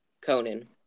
Conan